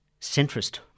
centrist